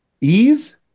ease